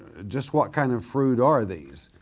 just what kind of fruit are these?